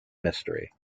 mystery